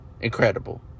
Incredible